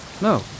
No